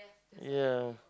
ya